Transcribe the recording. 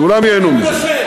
כולם ייהנו מזה.